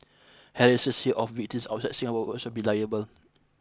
harassers here of victims outside Singapore will also be liable